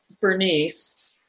Bernice